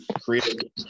create